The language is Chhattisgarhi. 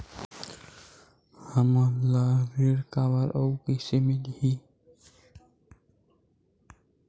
हमला ऋण काबर अउ कइसे मिलही?